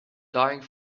dying